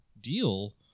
deal